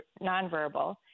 nonverbal